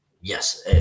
yes